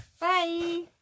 Bye